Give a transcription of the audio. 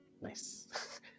Nice